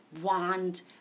wand